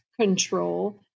control